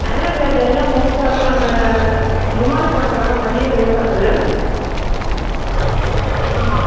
aloe vera ஜெல்லாம் மோஸ்ட்டாகவே நாங்கள் ஹிமாலயா ப்ராடெக்ட்தான் மேம் நிறையா சேல்ஸ் ஆகுது ஆமாம்